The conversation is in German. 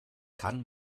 kann